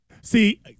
see